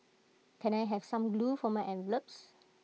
can I have some glue for my envelopes